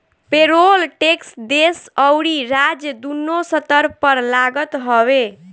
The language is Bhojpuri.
पेरोल टेक्स देस अउरी राज्य दूनो स्तर पर लागत हवे